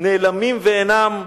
נעלמים ואינם.